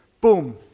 boom